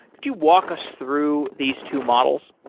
could you walk us through these two models?